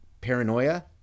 paranoia